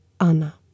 Anna